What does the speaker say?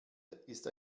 ist